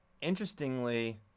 Interestingly